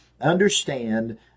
Understand